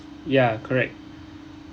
ya correct